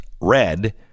red